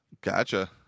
Gotcha